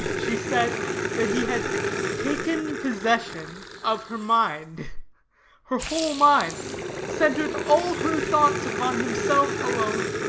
she said that he had taken possession of her mind her whole mind centred all her thoughts upon himself alone.